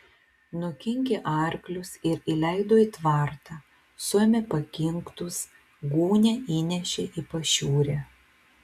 nukinkė arklius ir įleido į tvartą suėmė pakinktus gūnią įnešė į pašiūrę